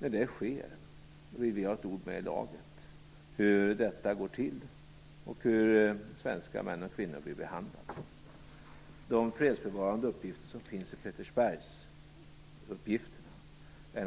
När det sker vill vi ha ett ord med i laget om hur det skall gå till och om hur svenska män och kvinnor blir behandlade. De fredsbevarande uppgifter som finns i Petersbergöverenskommelsen ligger